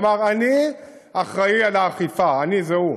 הוא אמר: אני אחראי לאכיפה, אני זה הוא,